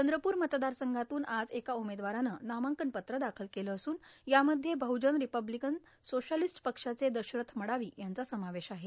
चंद्रपूर मतदारसंघातून आज एका उमेदवारानं नामांकन पत्र दाखल केलं असून यामध्ये बहुजन रिपब्लिकन सोशालिस्ट पक्षाचे दशरथ मडावी यांचा समावेश आहे